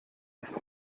ist